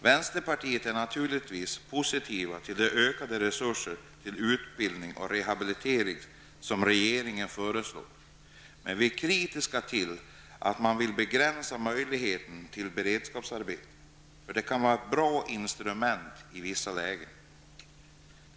Vänsterpartiet är naturligtvis positivt till de ökade resurser till utbildning och rehabilitering som regeringen föreslår, men vi är kritiska till att man vill begränsa möjligheten till beredskapsarbeten, för den möjligheten kan vara ett bra instrument i vissa lägen.